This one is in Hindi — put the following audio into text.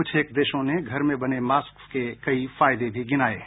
कुछेक देशों ने घर में बने मास्क के कई फायदे भी गिनाए हैं